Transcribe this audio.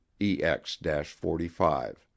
EX-45